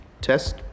test